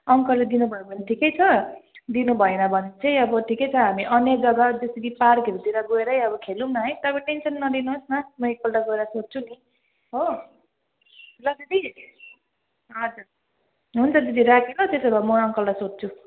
अङ्कलले दिनु भयो भने ठिकै छ दिनु भएन भने चाहिँ अब ठिकै छ हामी अनेक जगा जस्तो कि पार्कहरूतिरै गएर खेलौँ न है तर टेन्सन नलिनु होस् न म एक पल्ट गएर सोध्छु नि हो ल दिदी हजुर हुन्छ दिदी राखे ल त्यसो भए म अङ्कललाई सोध्छु